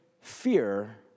fear